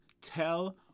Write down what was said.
tell